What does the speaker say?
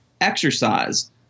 exercise